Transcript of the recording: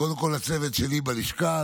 קודם כול לצוות שלי בלשכה,